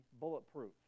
bulletproof